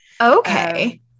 okay